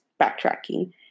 backtracking